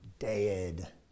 dead